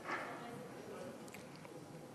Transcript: זמן קשה,